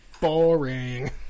Boring